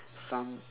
some